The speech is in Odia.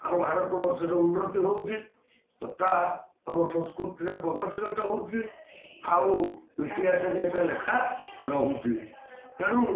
ଆମ ଭାରତ ବର୍ଷର ଉନ୍ନତି ହଉଛି ତଥା ଆମ ସଂସ୍କୃତିର ପ୍ରଗତିଗତ ହଉଛି ଆଉ ଇତିହାସରେ ଏଇଟା ଲେଖା ରହୁଛି ତେଣୁ